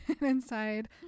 inside